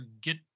get